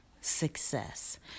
success